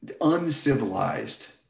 uncivilized